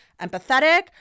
empathetic